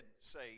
say